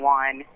one